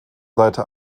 seite